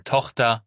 Tochter